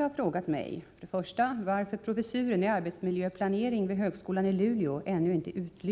Herr talman! Paul Lestander har frågat mig 2.